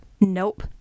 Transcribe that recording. Nope